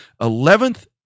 Eleventh